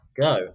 Go